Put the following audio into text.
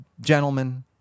gentlemen